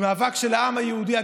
זה מאבק של העם היהודי.